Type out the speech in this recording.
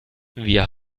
wir